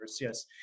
yes